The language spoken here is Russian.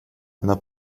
она